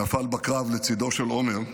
שנפל בקרב לצידו של עומר: